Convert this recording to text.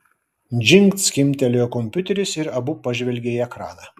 džingt skimbtelėjo kompiuteris ir abu pažvelgė į ekraną